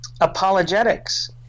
apologetics